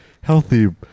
healthy